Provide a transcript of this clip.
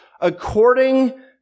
according